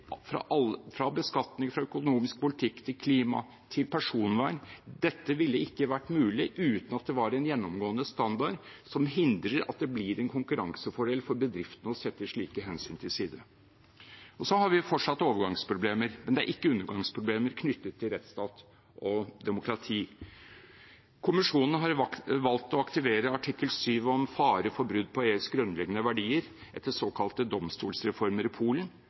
fra beskatning og økonomisk politikk til klima og personvern – ville ikke vært mulig uten at det var en gjennomgående standard som hindrer at det blir en konkurransefordel for bedriftene å sette slike hensyn til side. Så har vi fortsatt overgangsproblemer, men det er ikke undergangsproblemer knyttet til rettsstat og demokrati. Kommisjonen har valgt å aktivere artikkel 7 om fare for brudd på EUs grunnleggende verdier etter såkalte domstolsreformer i Polen,